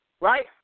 right